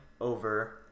over